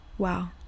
wow